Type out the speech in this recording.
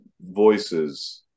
voices